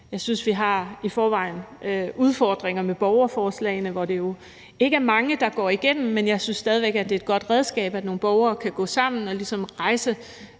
Jeg synes, vi i forvejen har udfordringer med borgerforslagene, hvoraf det jo ikke er mange, der går igennem, men jeg synes stadig væk, det er et godt redskab, at nogle borgere kan gå sammen og ligesom rejse